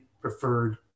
preferred